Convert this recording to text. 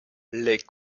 les